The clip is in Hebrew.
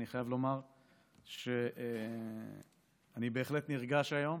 אני חייב לומר שאני בהחלט נרגש היום